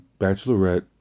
bachelorette